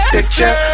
Picture